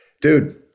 dude